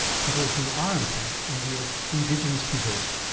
people who are in fact india's indigenous peoples.